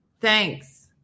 Thanks